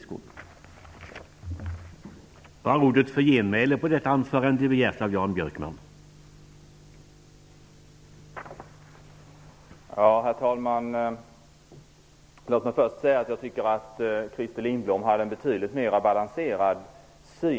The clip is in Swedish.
Det är en trygghet.